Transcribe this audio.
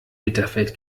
bitterfeld